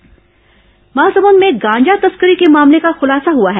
गांजा बरामद महासमुंद में गांजा तस्करी के मामले का खुलासा हुआ है